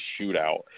shootout